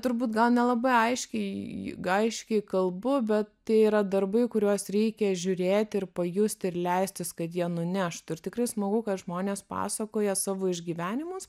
turbūt gal nelabai aiškiai į g aiškiai kalbu bet tai yra darbai kuriuos reikia žiūrėt ir pajust ir leistis kad jie nuneštų ir tikrai smagu kad žmonės pasakoja savo išgyvenimus